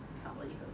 少了一个